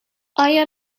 آیا